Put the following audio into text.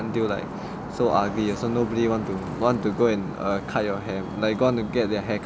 so ugly 也是 nobody want to want to go and cut their hair like go and get their hair cut by you [one] mah